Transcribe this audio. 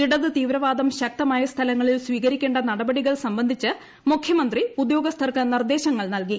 ഇടതു തീവ്രവാദം ശക്തമായ സ്ഥലങ്ങളിൽസ്വീകരിക്കേ നടപടികൾ സംബന്ധിച്ച് മുഖ്യമന്ത്രി ഉദ്യോഗസ്ഥർക്ക് നിർദ്ദേശങ്ങൾ നൽകി